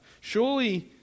Surely